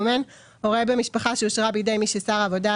"אומן" הורה במשפחה שאושרה בידי מי ששר העבודה,